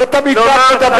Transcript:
מתוך